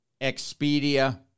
Expedia